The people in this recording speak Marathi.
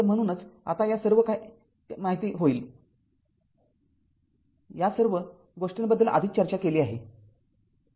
तर म्हणूनच आता हे सर्वकाही माहिती होईल या सर्व गोष्टींबद्दल आधीच चर्चा केली आहे